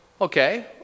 okay